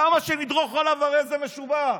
כמה שנדרוך עליו הרי זה משובח,